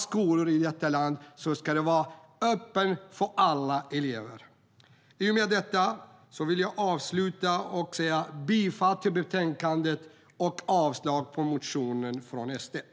Skolor i detta land ska vara öppna för alla elever.